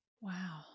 Wow